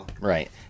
right